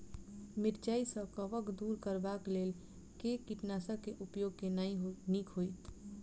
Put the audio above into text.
मिरचाई सँ कवक दूर करबाक लेल केँ कीटनासक केँ उपयोग केनाइ नीक होइत?